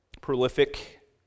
prolific